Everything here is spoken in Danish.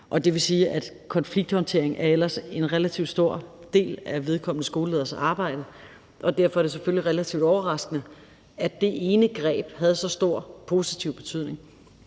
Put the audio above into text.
det vil sige, at konflikthåndtering ellers er en relativt stor del af vedkommende skoleleders arbejde, og derfor er det selvfølgelig relativt overraskende, at det ene greb havde så stor positiv betydning.